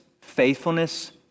faithfulness